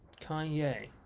Kanye